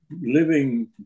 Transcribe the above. living